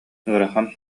ыарахан